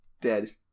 dead